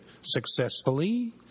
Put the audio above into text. successfully